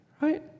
right